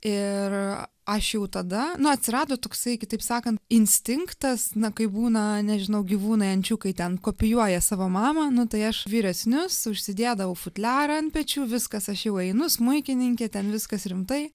ir aš jau tada nu atsirado toksai kitaip sakant instinktas na kaip būna nežinau gyvūnai ančiukai ten kopijuoja savo mamą nu tai aš vyresnius užsidėdavau futliarą ant pečių viskas aš jau einu smuikininkė ten viskas rimtai